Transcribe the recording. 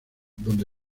donde